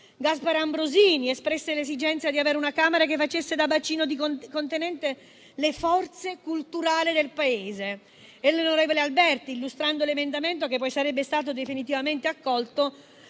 Gaspare Ambrosini espresse l'esigenza di avere una Camera che facesse da bacino contenente le forze culturali del Paese. L'onorevole Alberti, illustrando l'emendamento che poi sarebbe stato definitivamente accolto,